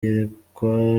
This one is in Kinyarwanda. iyerekwa